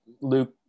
Luke